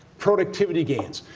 productivity gains.